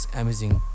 amazing